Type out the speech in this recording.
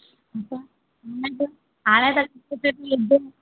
अच्छा न हाणे त